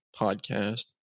podcast